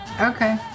Okay